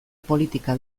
politika